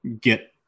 get